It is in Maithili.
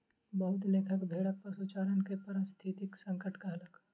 बहुत लेखक भेड़क पशुचारण के पारिस्थितिक संकट कहलक